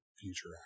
future